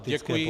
Děkuji.